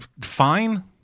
fine